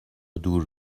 دور